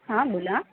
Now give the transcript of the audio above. हां बोला